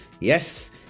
yes